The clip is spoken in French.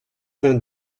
vingt